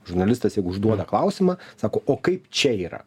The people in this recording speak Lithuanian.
žurnalistas jeigu užduoda klausimą sako o kaip čia yra